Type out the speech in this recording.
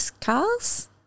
cars